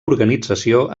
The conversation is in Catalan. organització